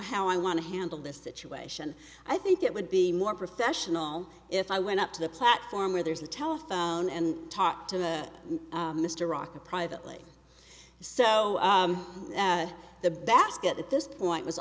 how i want to handle this situation i think it would be more professional if i went up to the platform where there's a telephone and talk to mr rocca privately so the basket at this point was